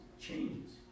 Changes